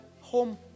home